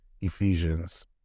Ephesians